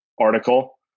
article